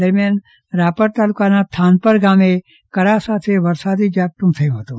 દરમ્યાન રાપર તાલુકાના થાનપર ગામે કરા સાથે વરસાદી ઝાપટું થયું હતું